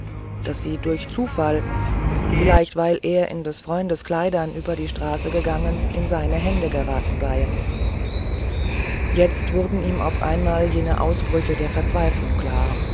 daß sie durch zufall vielleicht weil er in des freundes kleidern über die straße gegangen in seine hände geraten seien jetzt wurden ihm auf einmal jene ausbrüche der verzweiflung klar